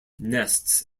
nests